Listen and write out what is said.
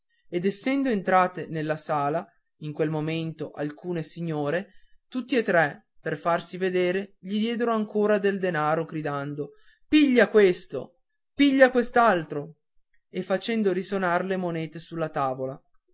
ed essendo entrate nella sala in quel momento alcune signore tutti e tre per farsi vedere gli diedero ancora del denaro gridando piglia questo piglia quest'altro e facendo sonar le monete sulla tavola